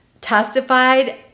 testified